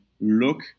look